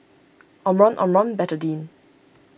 Omron Omron Betadine